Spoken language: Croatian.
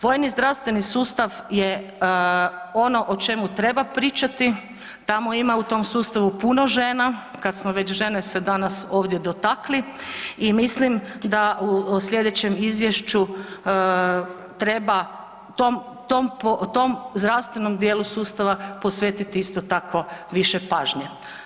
Vojni zdravstveni sustav je ono o čemu treba pričati, tamo ima u tom sustavu puno žena, kad smo već žena se ovdje dotakli i mislim da u slijedećem izvješću treba tom zdravstvenom djelu sustavu posvetiti isto tako više pažnje.